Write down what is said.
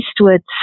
eastwards